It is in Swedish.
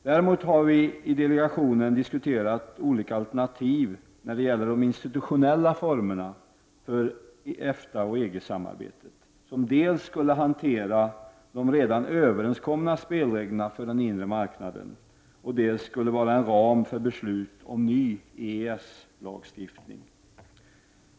Däremot har vi i delegationen diskuterat olika alternativ när det gäller de institutionella formerna för EFTA —EG-samarbetet, som dels skulle hantera de redan överenskomna spelreglerna för den inre marknaden, dels skulle vara en ram för beslut om ny EES-lagstiftning.